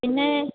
പിന്നെ